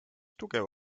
tugev